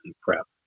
prep